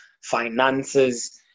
finances